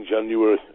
January